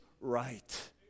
right